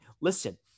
listen